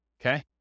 okay